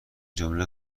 جمله